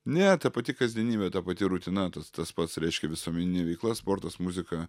ne ta pati kasdienybė ta pati rutina tas pats reiškia visuomeninė veikla sportas muzika